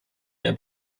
der